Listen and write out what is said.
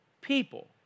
people